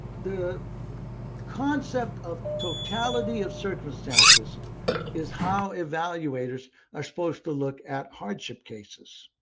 the concept of totality of circumstances is how evaluators are supposed to look at hardship cases.